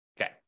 Okay